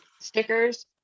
stickers